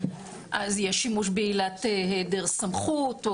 אז יש שימוש בעילת העדר סמכות,